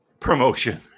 Promotion